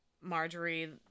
Marjorie